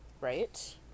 Right